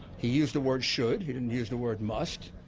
he used the word should. he didn't use the word must.